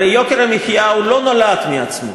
הרי יוקר המחיה לא נולד מעצמו.